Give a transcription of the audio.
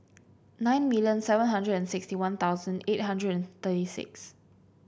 nine million seven hundred and sixty One Thousand eight hundred and thirty six